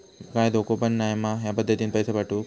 काय धोको पन नाय मा ह्या पद्धतीनं पैसे पाठउक?